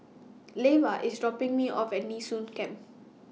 Leva IS dropping Me off At Nee Soon Camp